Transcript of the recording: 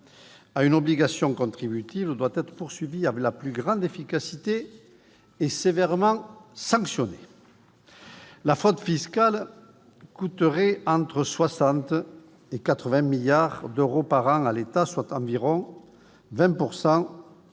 à ses obligations contributives doit être poursuivi avec la plus grande efficacité, et sévèrement sanctionné ». La fraude fiscale coûterait entre 60 et 80 milliards d'euros par an à l'État, soit environ 20